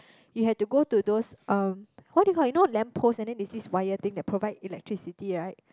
you have to go to those um what do you called it you know lamp post and then there is this wire thing that provide electricity right